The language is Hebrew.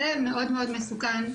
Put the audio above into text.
זה מאוד מאוד מסוכן,